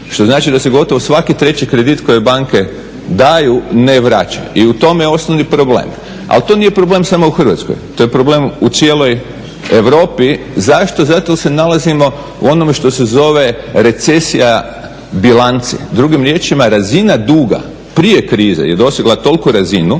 što znači da se gotovo svaki treći kredit koji banke daju ne vraća i u tome je osnovni problem. Ali to nije problem samo u Hrvatskoj, to je problem u cijeloj Europi. Zašto, zato jer se nalazimo u onome što se zove recesija bilanci. Drugim riječima, razina duga prije krize je dosegla toliku razinu